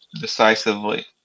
Decisively